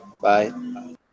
bye